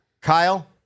kyle